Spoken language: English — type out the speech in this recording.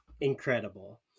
incredible